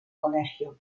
colegio